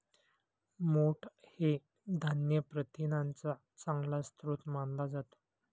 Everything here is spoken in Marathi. मोठ हे धान्य प्रथिनांचा चांगला स्रोत मानला जातो